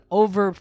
over